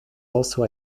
also